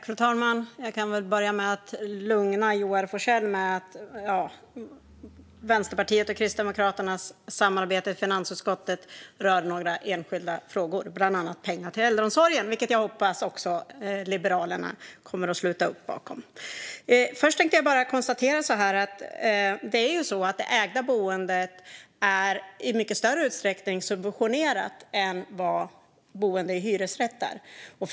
Fru talman! Jag kan börja med att lugna Joar Forssell med att Vänsterpartiets och Kristdemokraternas samarbete i finansutskottet rör några enskilda frågor, bland annat pengar till äldreomsorgen - vilket jag hoppas att Liberalerna också kommer att sluta upp bakom. Det ägda boendet är i mycket större utsträckning subventionerat än vad boende i hyresrätt är.